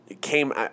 came